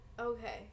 Okay